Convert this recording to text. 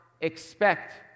expect